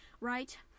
right